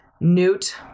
newt